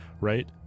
right